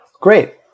Great